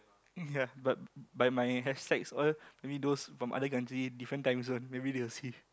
ya but but my hashtags all maybe those from other country different timezone maybe they will see